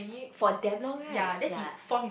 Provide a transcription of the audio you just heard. for damn long right ya